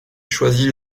choisit